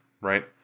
right